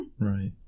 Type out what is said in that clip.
right